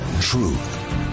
Truth